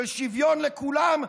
של שוויון לכולם,